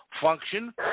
function